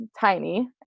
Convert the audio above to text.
tiny